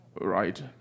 Right